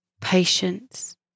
Patience